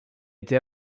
été